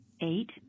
eight